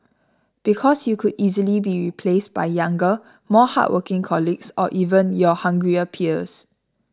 because you could easily be replaced by younger more hardworking colleagues or even your hungrier peers